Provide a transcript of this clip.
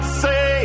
say